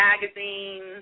Magazines